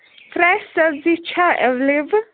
fresh سَبزی چھا available